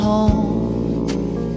Home